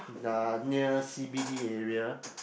uh near C_B_D area